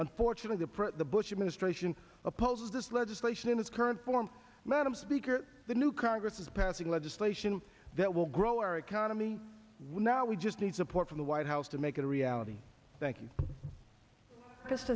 unfortunately the bush administration opposes this legislation in its current form madam speaker the new congress is passing legislation that will grow our economy we now we just need support from the white house to make it a reality thank you just